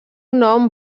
nom